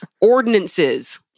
Ordinances